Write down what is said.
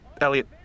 Elliot